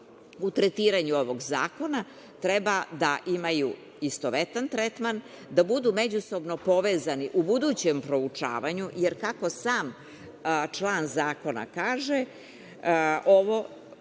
u tretiranju ovog zakona treba da imaju istovetan tretman, da budu međusobno povezani u budućem proučavanju, jer kako sam član zakona kaže –